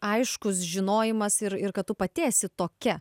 aiškus žinojimas ir ir kad tu pati esi tokia